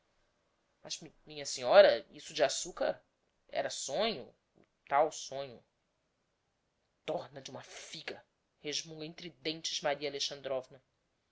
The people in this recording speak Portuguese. mas mi minha senhora isso de açucar era sonho o tal sonho dorna d'uma figa resmunga entre dentes maria